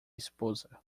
esposa